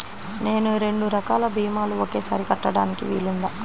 నేను రెండు రకాల భీమాలు ఒకేసారి కట్టడానికి వీలుందా?